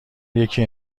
یکی